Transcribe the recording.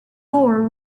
gore